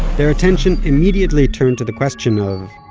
their attention immediately turned to the question of,